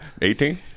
18